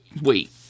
Wait